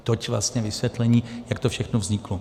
Toť vlastně vysvětlení, jak to všechno vzniklo.